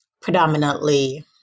predominantly